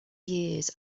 years